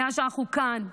מאז שאנחנו כאן.